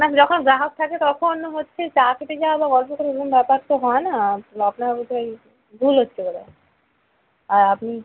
না যখন জাহাজ থাকে তখন হচ্ছে চা খেতে যাওয়া বা গল্প করা এরম ব্যাপার তো হয় না তা আপনার বোধ হয় ভুল হচ্ছে কোথাও আপনি